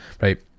Right